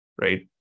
Right